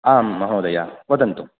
आं महोदय वदन्तु